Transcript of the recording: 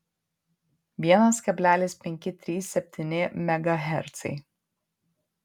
vienas kablelis penki trys septyni megahercai